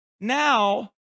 Now